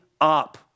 up